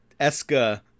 Eska